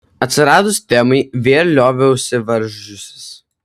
atsiradus temai vėl lioviausi varžiusis